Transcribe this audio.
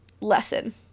lesson